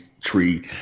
tree